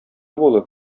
булып